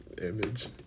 image